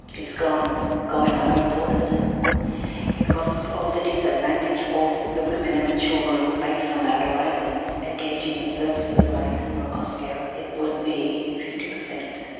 is going unreported because of the disadvantage of the women and the children based on the outer islands engaging in services like mura kosker it would be fifty per cent.